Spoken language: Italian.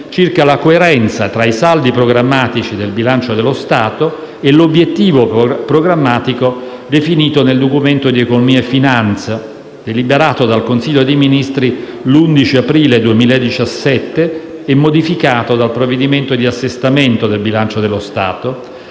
circa la coerenza tra i saldi programmatici del bilancio dello Stato e l'obiettivo programmatico definito nel Documento di economica e finanza (deliberato dal Consiglio dei ministri l'11 aprile 2017 e modificato dal provvedimento di assestamento del bilancio dello Stato)